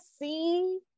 see